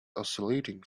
oscillating